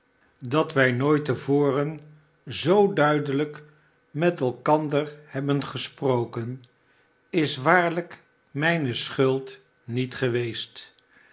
dat wij nooit te voren zoo duidelijk met elkander hebben gesproken is waarlijk mijne schuld niet geweest